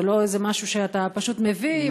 זה לא איזה משהו שאתה פשוט מביא,